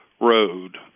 road